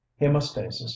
hemostasis